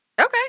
Okay